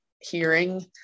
hearing